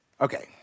Okay